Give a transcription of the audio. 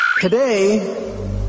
Today